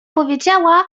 powiedziała